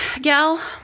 gal